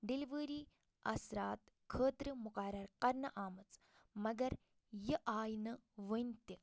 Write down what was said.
delivery اثرات خٲطرٕ مقرر کرنہٕ آمٕژ مگر یہِ آیہِ نہٕ وُنہِ تہِ